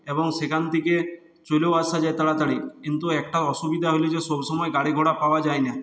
এবং সেখান থেকে চলেও আসা যায় তাড়াতাড়ি কিন্তু একটা অসুবিধা হল যে সবসময় গাড়ি ঘোড়া পাওয়া যায় না